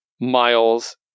Miles